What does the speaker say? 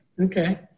Okay